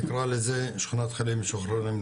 נקרא לזה שכונת חיילים משוחררים,